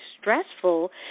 stressful